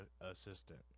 assistant